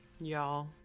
Y'all